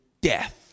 death